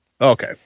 Okay